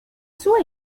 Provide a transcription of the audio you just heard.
sua